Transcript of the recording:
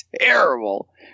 terrible